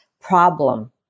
problem